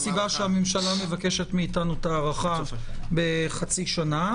גם הסיבה שהממשלה מבקשת מאתנו את ההארכה בחצי שנה,